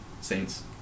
Saints